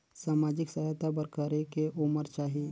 समाजिक सहायता बर करेके उमर चाही?